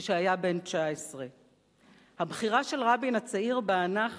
כשהיה בן 19. הבחירה של רבין הצעיר ב"אנחנו"